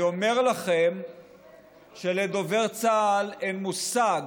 אני אומר לכם שלדובר צה"ל אין מושג